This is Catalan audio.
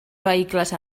vehicles